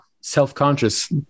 self-conscious